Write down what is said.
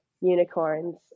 unicorns